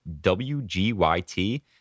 WGYT